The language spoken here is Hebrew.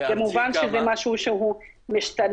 כמובן שזה משהו שהוא משתנה.